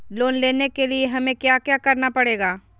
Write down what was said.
Loan लेने के लिए हमें क्या क्या करना पड़ेगा?